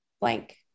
blank